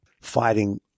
fighting